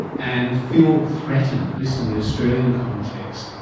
and feel threatened, at least in the australian context,